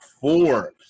four